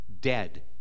dead